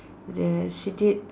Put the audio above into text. the she did